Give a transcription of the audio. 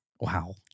Wow